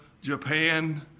Japan